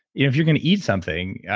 if you can eat something.